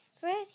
First